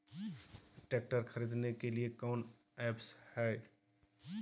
Tractor खरीदने के लिए कौन ऐप्स हाय?